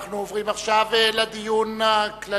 אנחנו עוברים עכשיו לדיון הכללי,